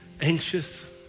anxious